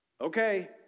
Okay